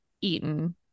eaten